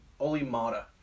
Olimata